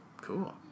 Cool